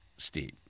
Steve